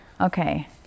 Okay